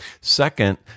Second